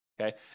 okay